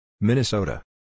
Minnesota